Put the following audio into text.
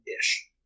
Ish